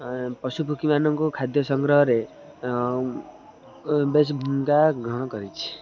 ପଶୁପକ୍ଷୀମାନଙ୍କୁ ଖାଦ୍ୟ ସଂଗ୍ରହରେ ବେଶ ଭୂମିକା ଗ୍ରହଣ କରିଛି